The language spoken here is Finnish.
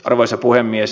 arvoisa puhemies